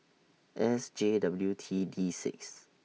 S J W T D six